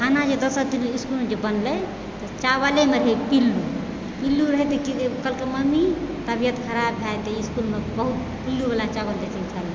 खाना जे दोसर दिन इसकुलमे जे बनलै तऽ चावलेमे रहै पिल्लु पिल्लु रहै तऽ कहलकै मम्मी तबियत खराब भए गेल इसकुलमे पिल्लुवला चावल दैलके खाइ लेल